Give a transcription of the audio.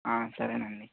సరేనండి